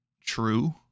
true